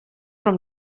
from